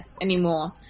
anymore